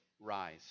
rise